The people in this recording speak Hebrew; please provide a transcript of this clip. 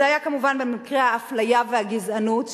זה היה כמובן במקרי האפליה והגזענות,